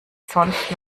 sonst